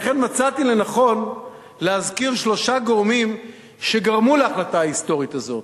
לכן מצאתי לנכון להזכיר שלושה גורמים שגרמו להחלטה ההיסטורית הזאת.